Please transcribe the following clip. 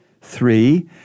Three